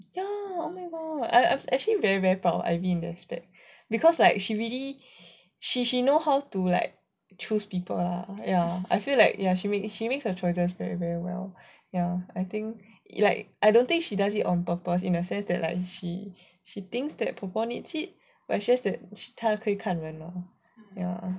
ya oh my god I I'm really really proud of ivy in that aspect because like she really she know how to like choose people lah ya I feel like she makes her choices very very well ya and I think like I don't think she does it on purpose in that sense that she thinks that popo needs it but is just that she 她会看人 lor ya